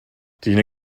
die